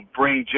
bring